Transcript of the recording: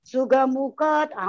Sugamukat